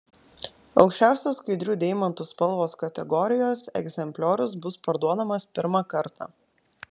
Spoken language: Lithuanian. aukščiausios skaidrių deimantų spalvos kategorijos egzempliorius bus parduodamas pirmą kartą